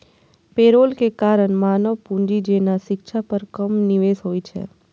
payroll के कारण मानव पूंजी जेना शिक्षा पर कम निवेश होइ छै